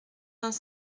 vingt